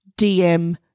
DM